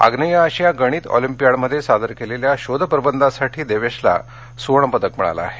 आग्नेय आशिया गणित ऑलिम्पियाडमधे सादर केलेल्या शोध प्रबंधासाठी देवेशला सुवर्णपदक मिळालं आहे